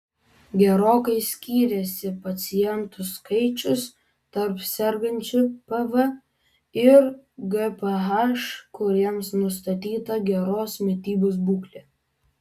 gerokai skyrėsi pacientų skaičius tarp sergančių pv ir gph kuriems nustatyta geros mitybos būklė